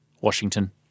Washington